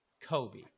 Kobe